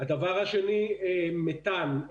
דבר שני, מתאן.